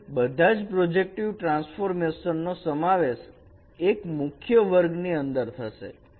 તેથી બધા જ પ્રોજેક્ટીવ ટ્રાન્સફોર્મેશન નો સમાવેશ એક મુખ્ય વર્ગની અંદર થશે